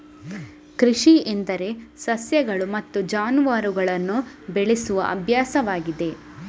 ಕೃಷಿ ಎಂದರೆ ಸಸ್ಯಗಳು ಮತ್ತು ಜಾನುವಾರುಗಳನ್ನು ಬೆಳೆಸುವ ಅಭ್ಯಾಸವಾಗಿದೆ